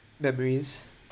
memories